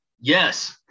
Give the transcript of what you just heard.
Yes